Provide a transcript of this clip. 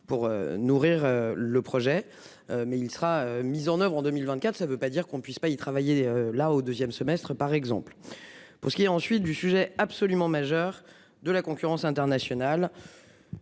pour nourrir le projet. Mais il sera mis en oeuvre en 2024. Ça ne veut pas dire qu'on ne puisse pas y travailler là au 2ème semestre par exemple, pour ce qui est ensuite du sujet absolument majeur de la concurrence internationale.